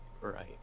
Right